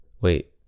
Wait